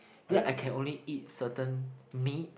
then I can only eat certain meat